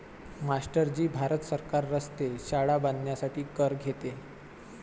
master ji Bharat सरकार रस्ते, शाळा बांधण्यासाठी कर घेते